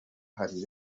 ari